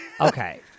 Okay